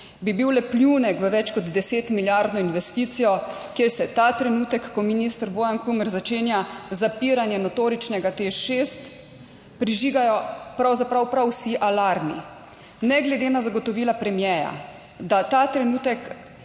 bi bil le pljunek v več kot deset milijardno investicijo, kjer se ta trenutek, ko minister Bojan Kumer začenja zapiranje notoričnega Teš 6 prižigajo pravzaprav prav vsi alarmi, ne glede na zagotovila premierja, da ta trenutek